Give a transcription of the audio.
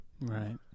Right